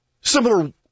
similar